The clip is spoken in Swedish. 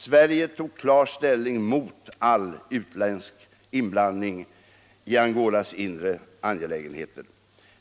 Sverige tog klar ställning mot all utländsk inblandning i Angolas inre angelägenheter.